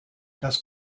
das